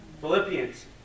Philippians